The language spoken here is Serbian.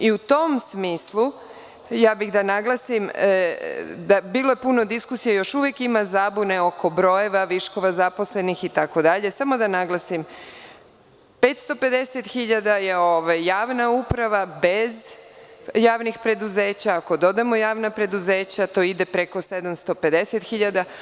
U tom smislu, ja bih da naglasim, bilo je puno diskusija i još uvek ima zabune oko brojeva, viškova zaposlenih itd, samo da naglasim, 550.000 je javna uprava bez javnih preduzeća, ako dodamo javna preduzeća, to ide preko 750.000.